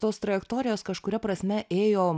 tos trajektorijos kažkuria prasme ėjo